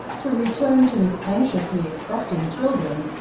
to return to his anxiously-expecting children,